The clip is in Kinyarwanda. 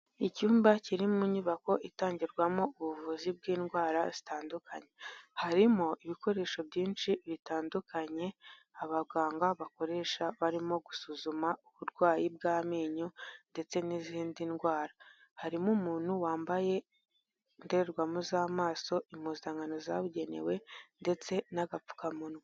Icyumba kiri mu nyubako itangirwamo ubuvuzi bw'indwara zitandukanye, harimo ibikoresho byinshi bitandukanye abaganga bakoresha barimo gusuzuma uburwayi bw'amenyo ndetse n'izindi ndwara, harimo umuntu wambaye indorerwamo z'amaso, impuzankano zabugenewe ndetse n'agapfukamunwa.